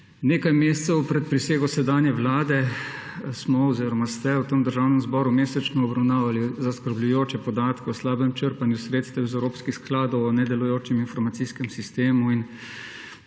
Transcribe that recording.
Nekaj mesecev pred prisego sedanje vlade smo oziroma ste v Državnem zboru mesečno obravnavali zaskrbljujoče podatke o slabem črpanju sredstev iz evropskih skladov o nedelujočem informacijskem sistemu in